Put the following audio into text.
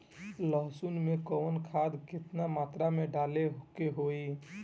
लहसुन में कवन खाद केतना मात्रा में डाले के होई?